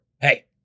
Hey